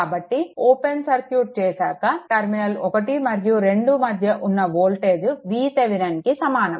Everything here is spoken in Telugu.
కాబట్టి ఓపెన్ సర్క్యూట్ చేశాక టర్మినల్ 1 మరియు 2 మధ్య ఉన్న వోల్టేజ్ VTheveninకి సమానం